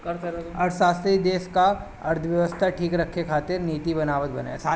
अर्थशास्त्री देस कअ अर्थव्यवस्था ठीक रखे खातिर नीति बनावत बाने